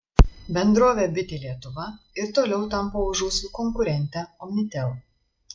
bendrovė bitė lietuva ir toliau tampo už ūsų konkurentę omnitel